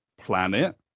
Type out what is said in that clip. planet